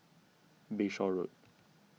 Bayshore Road